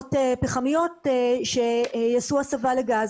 תחנות פחמיות שיעשו הסבה לגז